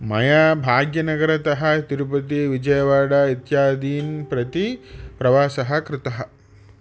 मया भाग्यनगरतः तिरुपति विजयवाडा इत्यादीन् प्रति प्रवासः कृतः